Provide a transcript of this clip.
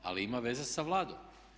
Ali ima veze sa Vladom.